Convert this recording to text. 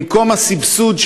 במקום הסבסוד,